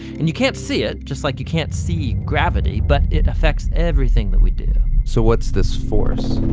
and you can't see it, just like you can't see gravity, but it affects everything that we do. so, what's this force?